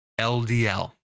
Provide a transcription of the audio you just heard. LDL